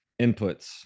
inputs